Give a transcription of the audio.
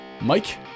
Mike